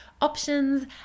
options